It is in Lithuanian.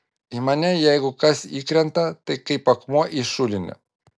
į mane jeigu kas įkrenta tai kaip akmuo į šulinį